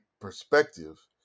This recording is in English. perspective